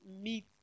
meat